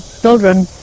children